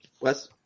Wes